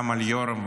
גם על יורם,